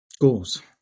goals